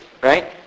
Right